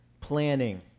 planning